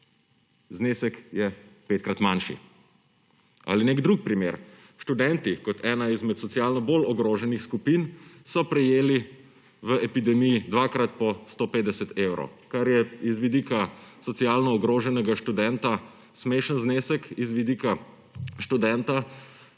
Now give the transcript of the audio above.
znesek je petkrat manjši. Ali nek drug primer, študenti, kot ena izmed socialno bolj ogroženih skupin, so prejeli v epidemiji dvakrat po 150 evrov, kar je iz vidika socialno ogroženega študenta smešen znesek, iz vidika študenta